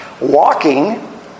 walking